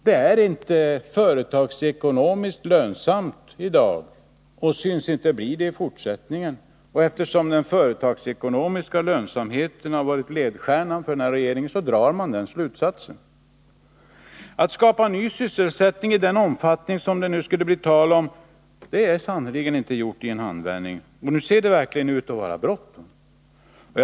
De är inte företagsekonomiskt lönsamma i dag och synes inte bli det i fortsättningen, och eftersom den företagsekonomiska lönsamheten har varit ledstjärnan för den regeringen drar man den slutsatsen. Att skapa ny sysselsättning i den omfattning som det nu skulle bli tal om är sannerligen inte gjort i en handvändning, och nu ser det verkligen ut att vara bråttom.